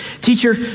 teacher